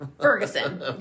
Ferguson